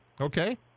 okay